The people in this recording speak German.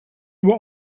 nur